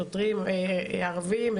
שוטרים ערבים,